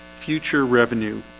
future revenue